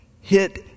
hit